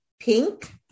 pink